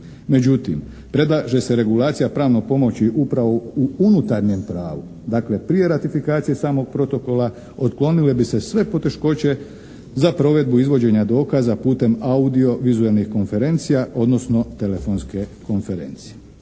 Međutim predlaže se regulacija pravne pomoći upravo u unutarnjem pravu. Dakle prije ratifikacije samog protokola otklonile bi se sve poteškoće za provedbu izvođenja dokaza putem audio vizuelnih konferencija odnosno telefonske konferencije.